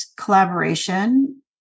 collaboration